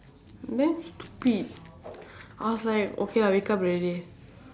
damn stupid I was like okay I wake up already